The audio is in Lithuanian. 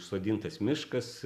sodintas miškas